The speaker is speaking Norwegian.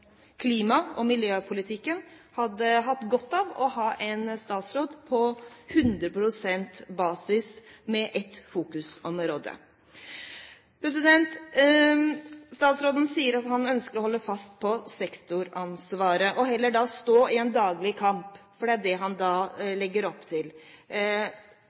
klima- og miljøpolitikken hadde hatt godt av å ha en statsråd på 100 pst. basis, med ett fokusområde. Statsråden sier at han ønsker å holde fast på sektoransvaret og heller stå i en daglig kamp, for det er det han da legger opp til.